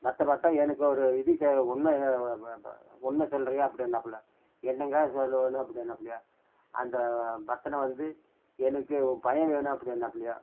பக்தா பக்தா எனக்கு ஒரு இது செய்கிற உண்மை உண்மை சொல்கிறியா அப்படினாப்புல என்னங்க சொல்ல வேணும் அப்படினாப்பிலியாம் அந்த பக்தனை வந்து எனக்கு உன் பையன் வேணும் அப்படினாப்பிலியாம்